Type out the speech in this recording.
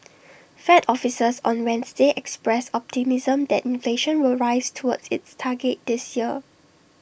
fed officials on Wednesday expressed optimism that inflation will rise toward its target this year